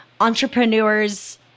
entrepreneurs